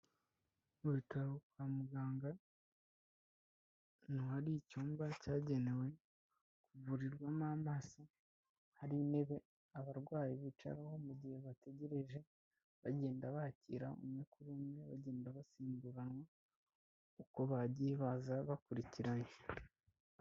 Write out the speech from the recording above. Mu bitaro kwa muganga ahantu hari icyumba cyagenewe kuvurirwamo amaso, hari intebe abarwayi bicaraho mu gihe bategereje, bagenda bakira umwe kuri umwe, bagenda basimburanwa uko bagiye baza bakurikiranye.